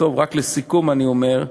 רק לסיכום אני אומר,